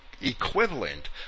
equivalent